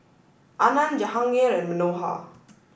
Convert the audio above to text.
Anand Jahangir and Manohar